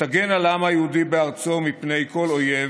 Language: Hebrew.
שתגן על העם היהודי בארצו מפני כל אויב